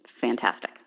fantastic